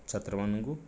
ଛାତ୍ରମାନଙ୍କୁ